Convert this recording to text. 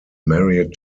married